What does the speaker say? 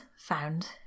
found